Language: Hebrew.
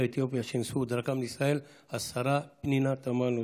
אתיופיה שנספו בדרכם לישראל השרה פנינה תמנו שטה,